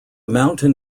mountain